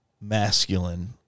masculine